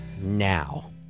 now